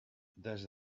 des